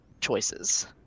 choices